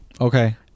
Okay